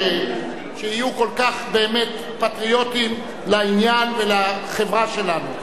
שיהיו כל כך באמת פטריוטים לעניין ולחברה שלנו.